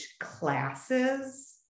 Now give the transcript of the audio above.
classes